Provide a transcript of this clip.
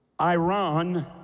Iran